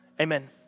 amen